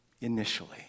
initially